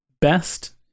Best